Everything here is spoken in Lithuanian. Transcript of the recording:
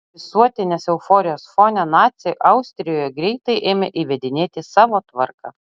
visuotinės euforijos fone naciai austrijoje greitai ėmė įvedinėti savo tvarką